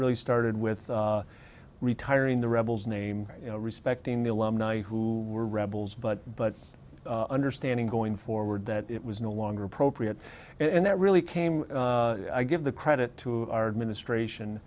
really started with retiring the rebels name you know respecting the alumni who were rebels but but understanding going forward that it was no longer appropriate and that really came i give the credit to our administration and